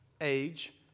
age